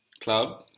club